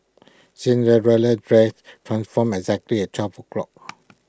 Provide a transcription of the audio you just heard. Cinderella's dress transformed exactly at twelve o'clock